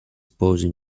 posing